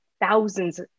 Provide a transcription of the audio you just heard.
thousands